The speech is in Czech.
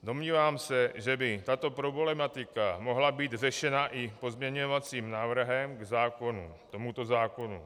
Domnívám se, že by tato problematika mohla být řešena i pozměňovacím návrhem k tomuto zákonu.